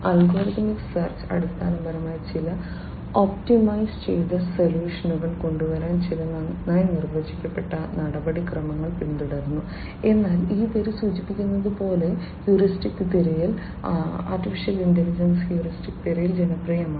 algorithmic search അടിസ്ഥാനപരമായി ചില optimise ചെയ്ത സൊല്യൂഷനുകൾ കൊണ്ടുവരാൻ ചില നന്നായി നിർവചിക്കപ്പെട്ട നടപടിക്രമങ്ങൾ പിന്തുടരുന്നു എന്നാൽ ഈ പേര് സൂചിപ്പിക്കുന്നത് പോലെ ഹ്യൂറിസ്റ്റിക് തിരയൽ AI യിൽ ഹ്യൂറിസ്റ്റിക് തിരയൽ ജനപ്രിയമാണ്